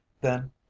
Then